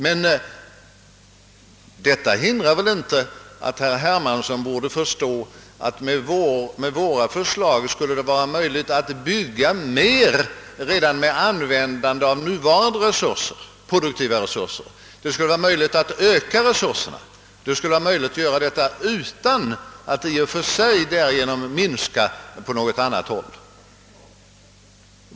Herr Hermansson borde emellertid förstå att detta inte hindrar att det med våra förslag skulle vara möjligt att bygga mer redan med användande av de nuvarande produktiva resurserna och att det skulle vara möjligt att öka resurserna utan att därför göra minskningar på något annat håll.